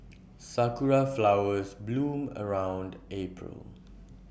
Sakura Flowers bloom around April